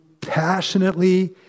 passionately